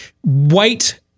white